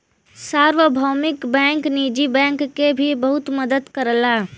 सार्वभौमिक बैंक निजी बैंक के भी बहुत मदद करला